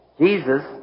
Jesus